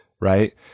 right